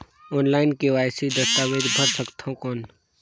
Online KYC दस्तावेज भर सकथन कौन?